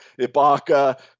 Ibaka